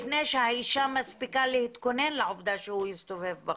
לפני שהאישה מספיקה להתכונן לעבודה שהוא הסתובב בחוץ.